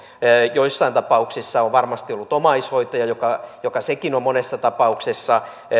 joissain tapauksissa on varmasti ollut omaishoitaja joka joka sekin on monessa tapauksessa